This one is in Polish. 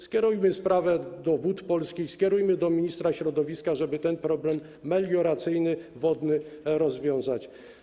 Skierujmy sprawę do Wód Polskich i do ministra środowiska, żeby ten problem melioracyjny, wodny rozwiązać.